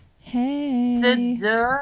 Hey